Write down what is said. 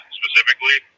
specifically